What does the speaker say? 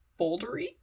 bouldery